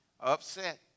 upset